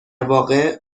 واقع